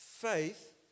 faith